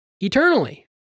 eternally